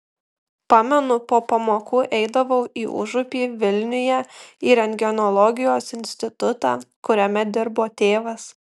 pamenu po pamokų eidavau į užupį vilniuje į rentgenologijos institutą kuriame dirbo tėvas